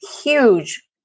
huge